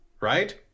Right